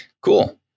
Cool